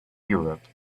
europe